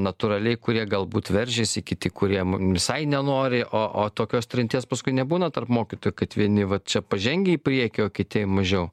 natūraliai kurie galbūt veržiasi kiti kuriem visai nenori o o tokios trinties paskui nebūna tarp mokytojų kad vieni va čia pažengę į priekį o kiti mažiau